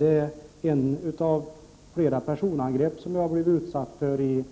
Det rör ett av flera personangrepp som jag har blivit utsatt för i